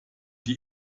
die